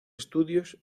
estudios